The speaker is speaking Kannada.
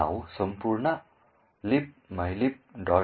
ನಾವು ಸಂಪೂರ್ಣ libmylib